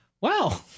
Wow